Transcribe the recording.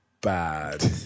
bad